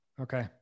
Okay